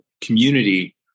community